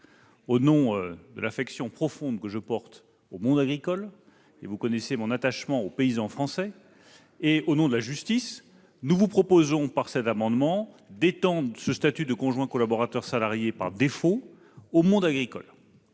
Au nom de l'affection profonde que je porte au monde agricole- vous connaissez mon attachement aux paysans français ! -et au nom de la justice, il vous est proposé d'étendre ce statut de conjoint collaborateur salarié par défaut au monde agricole.